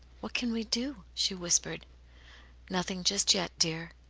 what can we do? she whispered nothing just yet, dear.